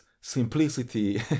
simplicity